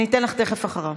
אני אתן לך תכף אחריו.